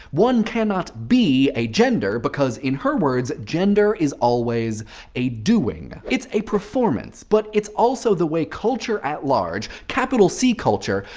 one cannot be a gender, because, in her words, gender is always a doing. it's a performance. but it's also the way culture at large, capital c culture,